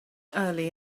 early